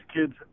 kids